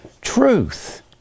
truth